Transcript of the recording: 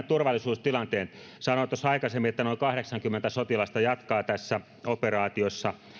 turvallisuustilanteen sanoin tuossa aikaisemmin että noin kahdeksankymmentä sotilasta jatkaa tässä operaatiossa